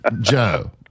Joe